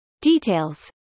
Details